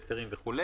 היתרים וכו',